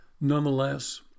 nonetheless